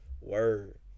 Word